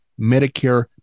medicare